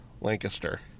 Lancaster